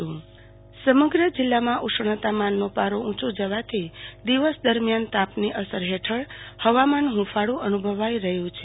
આરતી ભદ્દ હવા માન સમગ્ર જીલ્લામાં ઉષ્ણતામાનનો પારો ઉંચો જવાથી દિવસ દરમિયાન તાપની અસર હેઠળ હવામાન હુફાડું અનુભવાઈ રહ્યું છે